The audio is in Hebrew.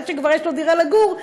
עד שכבר יש להם דירה לגור,